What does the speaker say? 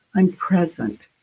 i'm present.